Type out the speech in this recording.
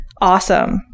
awesome